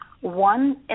one